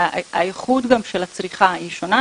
האיכות של הצריכה היא שונה.